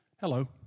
Hello